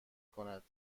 کند